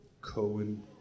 Cohen